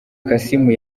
kassim